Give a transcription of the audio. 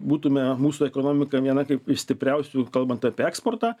būtume mūsų ekonomika viena kaip iš stipriausių kalbant apie eksportą